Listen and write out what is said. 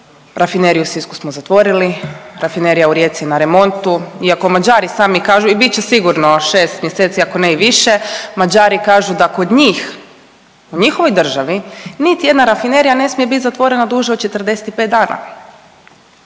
Rafineriju u Sisku smo zatvorili, Rafinerija u Rijeci na remontu i ako Mađari sami kažu i bit će sigurno šest mjeseci ako ne i više Mađari kažu da kod njih u njihovoj državi niti jedna rafinerija ne smije bit zatvorena duže od 45 dana.